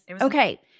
Okay